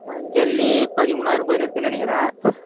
ஜல்லி பதிமூணாயிரம் போய்னுருக்குன்னு நினைக்கிறன்